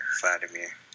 Vladimir